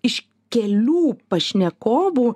iš kelių pašnekovų